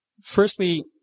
firstly